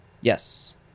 Yes